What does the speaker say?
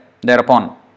thereupon